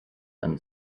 and